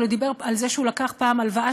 אבל הוא דיבר על זה שהוא לקח פעם הלוואה